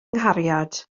nghariad